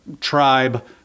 tribe